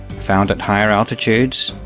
found at higher altitudes,